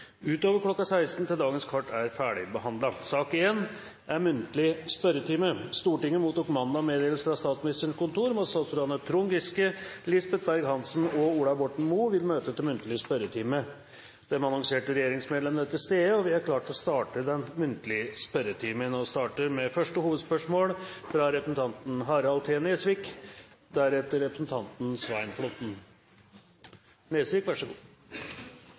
utover kl. 16 til dagens kart er ferdigbehandlet. Stortinget mottok mandag meddelelse fra Statsministerens kontor om at statsrådene Trond Giske, Lisbeth Berg-Hansen og Ola Borten Moe vil møte til muntlig spørretime. De annonserte regjeringsmedlemmene er til stede, og vi er klare til å starte den muntlige spørretimen. Vi starter da med første hovedspørsmål, fra representanten Harald T. Nesvik.